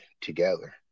together